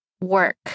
work